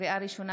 לקריאה ראשונה,